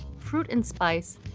fruit and spice,